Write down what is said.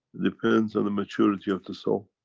depends on the maturity of the soul.